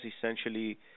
essentially